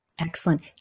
Excellent